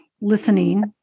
listening